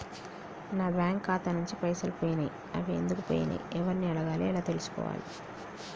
నా బ్యాంకు ఖాతా నుంచి పైసలు పోయినయ్ అవి ఎందుకు పోయినయ్ ఎవరిని అడగాలి ఎలా తెలుసుకోవాలి?